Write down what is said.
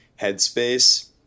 headspace